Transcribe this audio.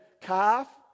calf